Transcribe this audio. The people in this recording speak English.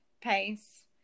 pace